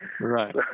Right